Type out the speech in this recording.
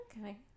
Okay